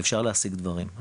ואפשר להשיג דברים.